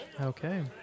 Okay